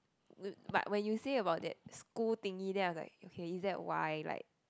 look but when you say about that school thingy then I was like is that why like